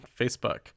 Facebook